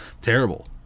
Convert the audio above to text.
terrible